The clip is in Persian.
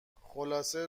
خلاصه